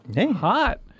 hot